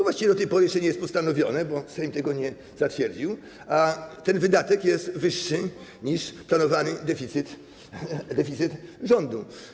Właściwie do tej pory jeszcze nie zostało to postanowione, bo Sejm tego nie zatwierdził, a ten wydatek jest wyższy niż planowany deficyt rządu.